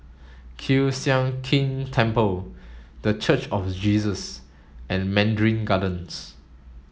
Kiew Sian King Temple The Church of Jesus and Mandarin Gardens